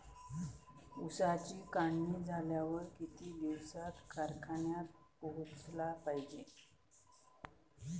ऊसाची काढणी झाल्यावर किती दिवसात कारखान्यात पोहोचला पायजे?